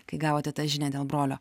kai gavote tą žinią dėl brolio